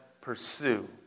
Pursue